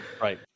Right